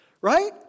Right